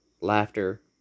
Laughter